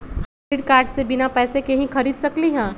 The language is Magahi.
क्रेडिट कार्ड से बिना पैसे के ही खरीद सकली ह?